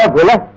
ah bhola.